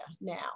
now